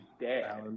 dad